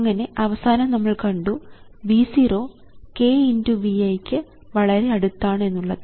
അങ്ങനെ അവസാനം നമ്മൾ കണ്ടു V 0 k×V i യ്ക്ക് വളരെ അടുത്താണ് എന്നുള്ളത്